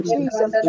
Jesus